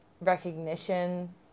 recognition